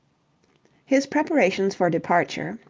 his preparations for departure,